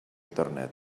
internet